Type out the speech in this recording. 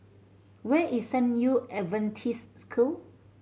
where is San Yu Adventist School